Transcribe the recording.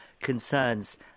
concerns